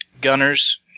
gunners